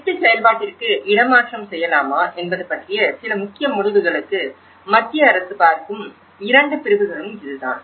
சிட்டு செயல்பாட்டிற்கு இடமாற்றம் செய்யலாமா என்பது பற்றிய சில முக்கிய முடிவுகளுக்கு மத்திய அரசு பார்க்கும் இரண்டு பிரிவுகளும் இதுதான்